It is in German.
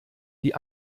die